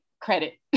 credit